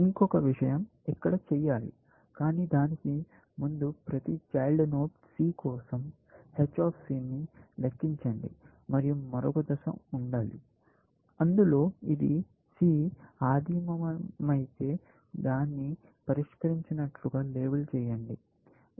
ఇంకొక విషయం ఇక్కడ చేయాలి కానీ దానికి ముందు ప్రతి చైల్డ్ నోడ్ c కోసం h ను లెక్కించండి మరియు మరొక దశ ఉండాలి అందులో ఇది c ఆదిమమైతే దాన్ని పరిష్కరించినట్లుగా లేబుల్ చేయండి